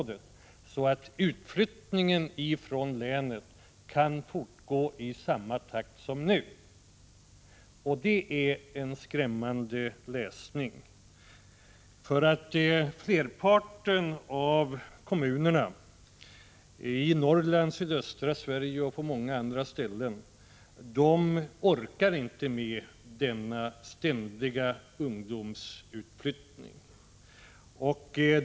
På det sättet skall alltså utflyttningen i länet fortgå i samma takt som nu. Det är, som sagt, en skrämmande läsning. De flesta kommuner i Norrland, i sydöstra Sverige och i många andra delar av landet orkar inte med denna ständiga utflyttning av ungdomar.